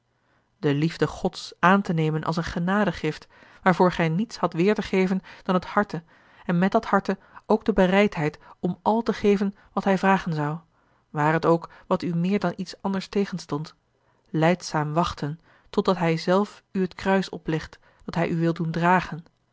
de liefde gods aan te nemen als een genadegift waarvoor gij niets hadt weêr te geven dan het harte en met dat harte ook de bereidheid om al te geven wat hij vragen zou ware t ook wat u meer dan iets anders tegenstond lijdzaam wachten totdat hij zelf u het kruis oplegt dat hij u wil doen dragen